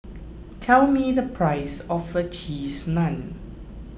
tell me the price of a Cheese Naan